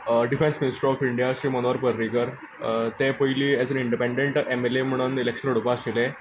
defence minister of India Shri Manohar Parrikar ते पयली हेज अ इंडपेंडंट केनडीडेट म्हण इलेक्शन लडोवपाचे आशिल्ले